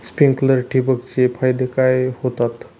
Sprinklers ठिबक चे फायदे काय होतात?